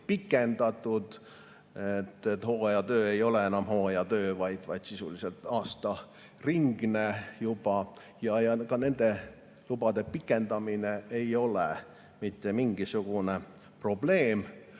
pikendatud, hooajatöö ei ole enam hooajatöö, vaid sisuliselt juba aastaringne. Ja ka nende lubade pikendamine ei ole mitte mingisugune probleem.